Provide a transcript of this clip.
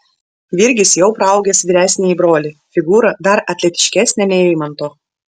virgis jau praaugęs vyresnįjį brolį figūra dar atletiškesnė nei eimanto